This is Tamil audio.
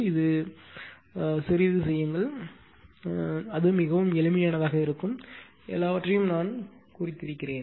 இதைச் சிறிது சிறிதாகச் செய்யுங்கள் அது மிகவும் எளிமையானதாக இருக்கும் எல்லாவற்றையும் நான் குறிக்கிறேன்